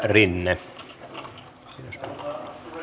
arvoisa puhemies